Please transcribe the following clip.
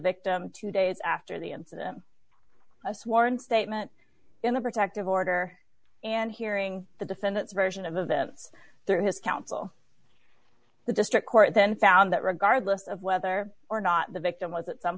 victim two days after the incident a sworn statement in the protective order and hearing the defendant's version of events through his counsel the district court then found that regardless of whether or not the victim was at some